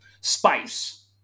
Spice